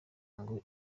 ngo